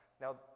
Now